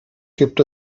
gibt